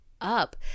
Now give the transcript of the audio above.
up